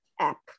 app